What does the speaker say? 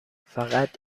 فقط